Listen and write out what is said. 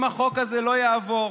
אם החוק הזה לא יעבור,